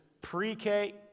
pre-K